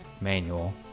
manual